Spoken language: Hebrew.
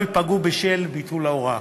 לא ייפגעו בשל ביטול ההוראה.